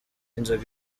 nzoga